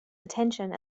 attention